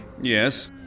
Yes